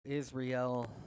Israel